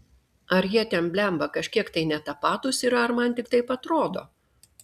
ar jie ten blemba kažkiek tai ne tapatūs yra ar man tik taip atrodo